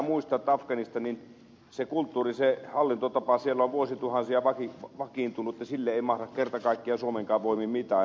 pitää muistaa että afganistanin kulttuuri se hallintotapa siellä on vuosituhansia vakiintunut ja sille ei mahda kerta kaikkiaan suomenkaan voimin mitään